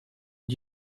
une